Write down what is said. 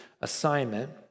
assignment